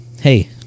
hey